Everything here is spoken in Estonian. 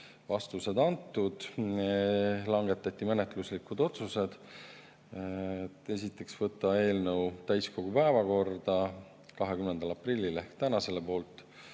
vastused antud. Langetati menetluslikud otsused. Esiteks, võtta eelnõu täiskogu päevakorda 20. aprillil ehk täna. Selle poolt